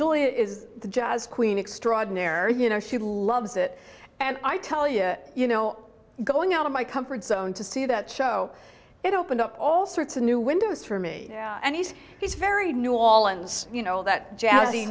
til it is the jazz queen extraordinary you know she loves it and i tell you you know going out of my comfort zone to see that show it opened up all sorts of new windows for me and he's he's very new all and you know all that jazz